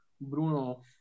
Bruno